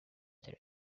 their